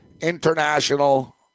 international